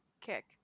Kick